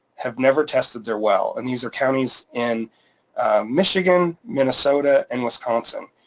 have never tested their well, and these are counties in michigan, minnesota, and wisconsin.